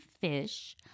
fish